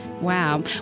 Wow